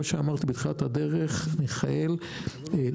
מיכאל,